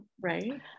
right